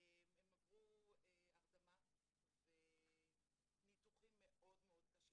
הן עברו הרדמה וניתוחים מאוד מאוד קשים.